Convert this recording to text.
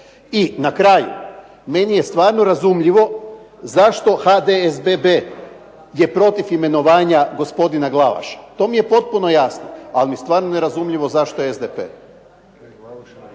I na kraju, meni je stvarno razumljivo zašto HDSSB je protiv imenovanja gospodina Glavaša. To mi je potpuno jasno, ali mi je stvarno nerazumljivo zašto SDP.